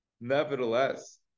nevertheless